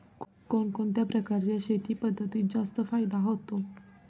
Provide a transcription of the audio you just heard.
कोणत्या प्रकारच्या शेती पद्धतीत जास्त फायदा होतो?